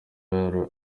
yaba